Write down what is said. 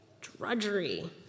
Drudgery